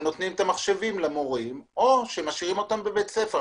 הם נותנים את המחשבים למורים או שמשאירים אותם בבית הספר.